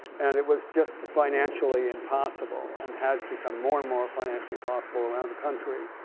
and it was just financially impossible. and has become more and more financially impossible around the country